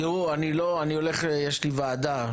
תראו, יש לי ועדה